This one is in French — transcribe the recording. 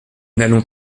n’allons